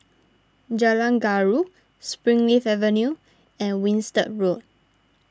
Jalan Gaharu Springleaf Avenue and Winstedt Road